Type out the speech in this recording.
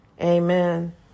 Amen